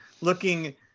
looking